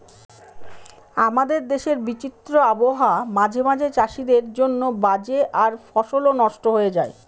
আমাদের দেশের বিচিত্র আবহাওয়া মাঝে মাঝে চাষীদের জন্য বাজে আর ফসলও নস্ট হয়ে যায়